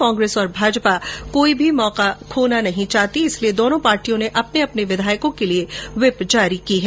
कांग्रेस और भाजपा कोई भी मौका नहीं खोना चाहती इसलिए दोनों पार्टियों ने अपने अपने विधायकों के लिए व्हिप जारी की है